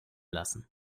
lassen